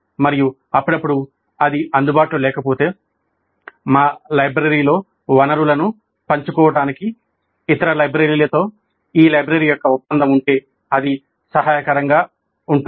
మరియు అప్పుడప్పుడు అది అందుబాటులో లేకపోతే మా లైబ్రరీలో వనరులను పంచుకోవడానికి ఇతర లైబ్రరీలతో ఈ లైబ్రరీ యొక్క ఒప్పందం ఉంటే అది సహాయకరంగా ఉంటుంది